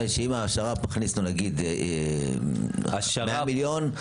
הוא אומר שאם השר"פ מכניס לו נגיד 100 מיליון,